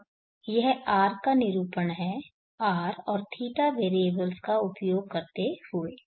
अब यह R का निरूपण है r और θ वेरिएबल्स का उपयोग करते हुए